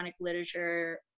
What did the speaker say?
literature